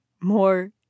more